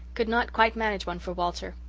could not quite manage one for walter.